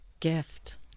gift